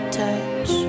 touch